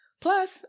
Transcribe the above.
Plus